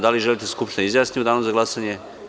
Da li želite da se Skupština izjasni u Danu za glasanje?